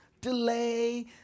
delay